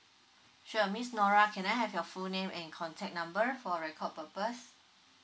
sure miss N O R A can I have your full name and contact number for record purpose